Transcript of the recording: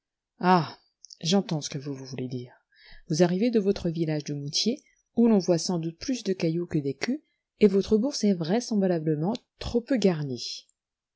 j'entends ce que vous voulez dire vous arrivez de votre village de mouthiers où l'on voit sans doute plus de cailloux que d'écus et votre bourse est vraisemblablement trop peu garnie